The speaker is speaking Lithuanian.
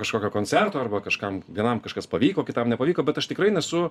kažkokio koncerto arba kažkam vienam kažkas pavyko kitam nepavyko bet aš tikrai nesu